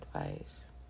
advice